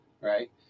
right